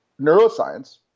neuroscience